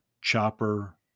chopper